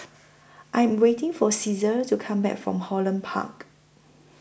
I Am waiting For Ceasar to Come Back from Holland Park